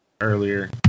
earlier